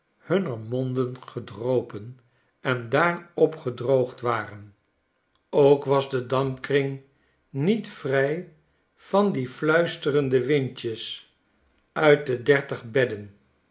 hunner monden gedropen en daar opgedroogd waren ook was de dampkring niet vrij van die fluisterende zefierwindjes uit de dertig bedden